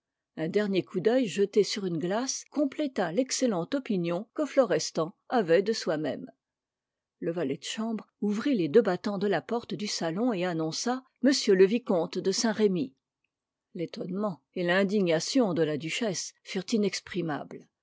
un dernier coup d'oeil jeté sur une glace compléta l'excellente opinion que florestan avait de soi-même le valet de chambre ouvrit les deux battants de la porte du salon et annonça m le vicomte de saint-remy l'étonnement et l'indignation de la duchesse furent